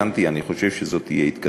אני חושב שזאת תהיה התקדמות.